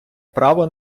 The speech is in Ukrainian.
право